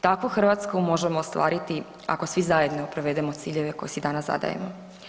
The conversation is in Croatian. Takvu Hrvatsku možemo ostvariti ako svi zajedno provedemo ciljeve koje si danas zadajemo.